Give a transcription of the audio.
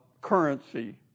currency